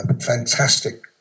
fantastic